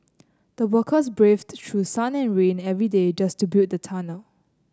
the workers braved through sun and rain every day just to build the tunnel